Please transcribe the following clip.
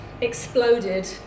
exploded